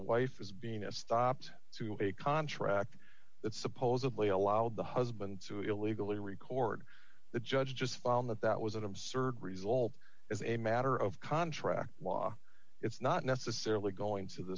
wife is being a stopped to a contract that supposedly allowed the husband to illegally record the judge just found that that was an absurd result as a matter of contract law it's not necessarily going to the